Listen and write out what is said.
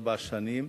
ארבע שנים,